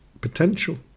potential